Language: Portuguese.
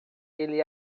ele